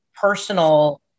personal